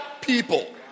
people